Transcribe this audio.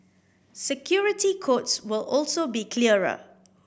security codes will also be clearer